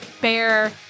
bear